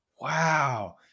wow